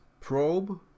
probe